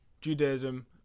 Judaism